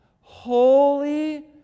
Holy